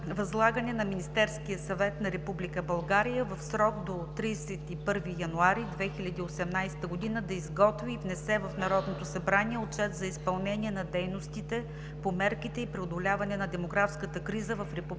възлагане на Министерския съвет на Република България в срок до 31 януари 2018 г. да изготви и внесе в Народното събрание Отчет за изпълнение на дейностите по мерките и преодоляване на демографската криза в